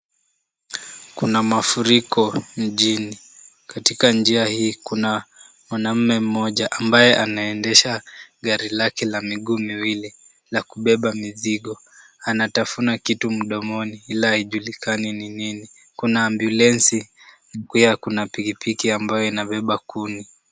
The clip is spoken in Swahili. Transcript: Kuna mafuriko jijini. Katika njia hii kuna mwanamme mmoja ambaye anaendesha gari lake la miguu miwili la kubeba mizigo. Anatafuna kitu mdomoni ila haijulikani ni nini. Kuna ambulensi, pia kuna pikipiki ambayo inabeba kuni .